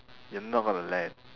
you're not going to land